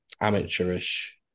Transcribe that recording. amateurish